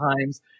times